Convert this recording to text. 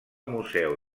museu